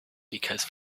because